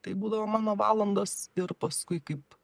tai būdavo mano valandos ir paskui kaip